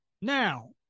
now